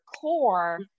core